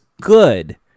good